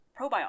probiotics